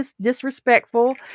disrespectful